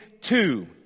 two